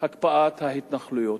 הקפאת ההתנחלויות.